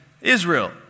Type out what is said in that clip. Israel